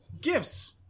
Gifts